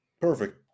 Perfect